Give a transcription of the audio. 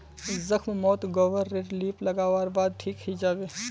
जख्म मोत गोबर रे लीप लागा वार बाद ठिक हिजाबे